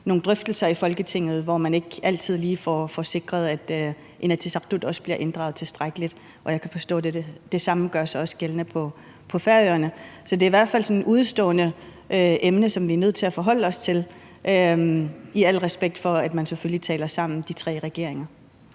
nogle drøftelser i Folketinget, hvor man ikke altid lige får sikret, at Inatsisartut også bliver inddraget tilstrækkeligt, og jeg kan forstå, at det samme gør sig gældende på Færøerne. Så det er i hvert fald sådan et udestående emne, som vi er nødt til at forholde os til, i al respekt for at de tre regeringer